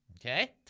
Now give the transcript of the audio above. Okay